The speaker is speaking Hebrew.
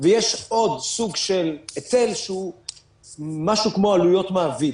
ויש עוד סוג של היטל שהוא משהו כמו עלויות מעביד.